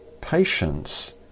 Patience